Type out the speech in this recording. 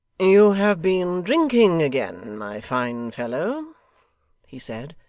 you have been drinking again, my fine fellow he said,